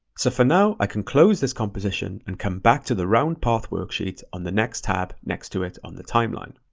so for now, i can close this composition and come back to the round path worksheet on the next tab next to it on the timeline.